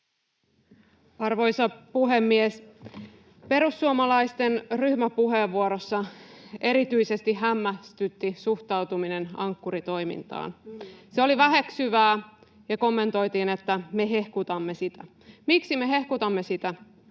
Arvoisa puhemies! Perussuomalaisten ryhmäpuheenvuorossa erityisesti hämmästytti suhtautuminen Ankkuri-toimintaan. Se oli väheksyvää, ja kommentoitiin, että me hehkutamme sitä. Miksi me hehkutamme sitä?